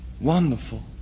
Wonderful